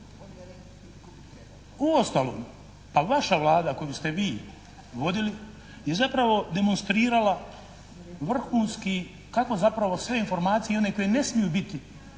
Uostalom, pa vaša Vlada koju ste vi vodili je zapravo demonstrirala vrhunski kako zapravo sve informacije i one koje ne smiju biti,